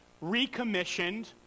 recommissioned